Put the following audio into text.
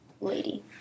lady